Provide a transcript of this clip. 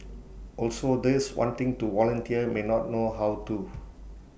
also those wanting to volunteer may not know how to